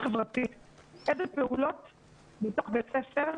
טיפול באקטואליה.